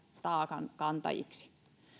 taakankantajiksi